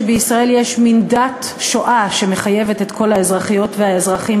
שבישראל יש מין דת שואה שמחייבת את כל האזרחיות והאזרחים,